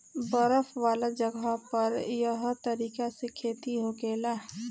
बर्फ वाला जगह पर एह तरीका से खेती होखेला